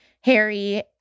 Harry